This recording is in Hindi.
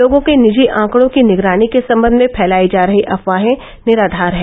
लोगों के निजी आंकड़ों की निगरानी के संबंध में फैलाई जा रही अफवाहें निराधार हैं